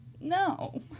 No